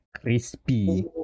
crispy